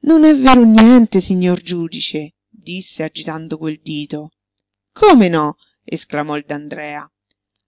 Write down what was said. non è vero niente signor giudice disse agitando quel dito come no esclamò il d'andrea